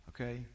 okay